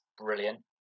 brilliant